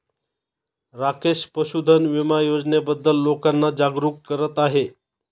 राकेश पशुधन विमा योजनेबद्दल लोकांना जागरूक करत आहे